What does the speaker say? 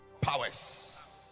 powers